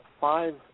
five